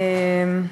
תודה,